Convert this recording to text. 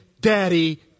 daddy